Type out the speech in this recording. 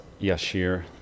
Yashir